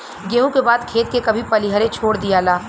गेंहू के बाद खेत के कभी पलिहरे छोड़ दियाला